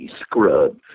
scrub